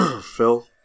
Phil